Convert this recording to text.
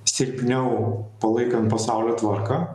silpniau palaikant pasaulio tvarką